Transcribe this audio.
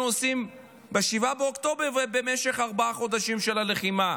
עושים ב-7 באוקטובר ובמשך ארבעה חודשים של הלחימה.